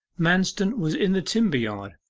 manston was in the timber-yard,